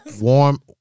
warm